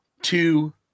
two